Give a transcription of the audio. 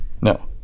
No